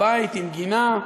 בית עם גינה,